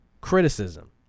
criticism